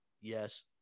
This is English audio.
Yes